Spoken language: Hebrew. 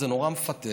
זה נורא מפתה.